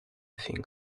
think